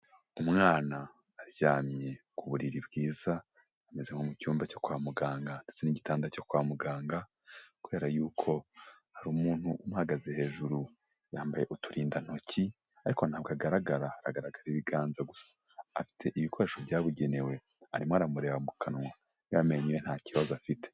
Umwana aryamye ku buriri bwiza hameze nko mu cyumba cyo kwa muganga n'igitanda cyo kwa muganga kubera yuko hari umuntu uhagaze hejuru yambaye uturindantoki ariko ntabwo agaragara agaragaza ibiganza gusa, afite ibikoresho byabugenewe arimo aramurereba mu kanwa yamenyo ye nta kibazo afite.